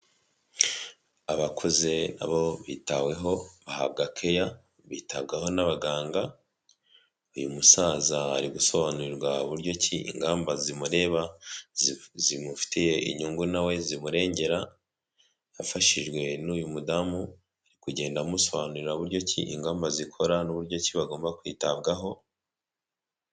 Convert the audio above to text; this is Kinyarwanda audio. Abakuze na bo bitaweho, bahabwa keya, bitabwaho n'abaganga. Uyu musaza ari gusobanurirwa uburyo iki, ingamba zimureba, zimufitiye inyungu na we zimurengera, afashijwe n'uyu mudamu, kugenda amusobanurira uburyo ki, ingamba zikora n'uburyo ki, bagomba kwitabwaho.